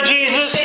Jesus